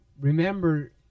remember